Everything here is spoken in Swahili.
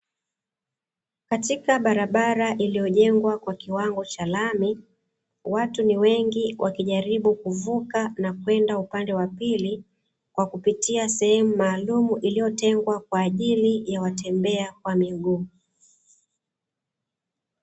Katika barabara iliyojengwa kwa kiwango cha lami, watu ni wengi wakijaribu kuvuka na kwenda upande wa pili kwa kupitia sehemu maalum iliyotengwa kwa ajili ya watembea kwa miguu.